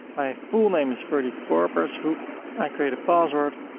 my full name is ferdy korpershoek, i create a password,